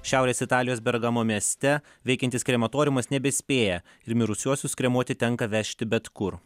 šiaurės italijos bergamo mieste veikiantis krematoriumas nebespėja ir mirusiuosius kremuoti tenka vežti bet kur